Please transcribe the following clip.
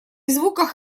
звуках